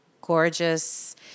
gorgeous